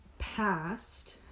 past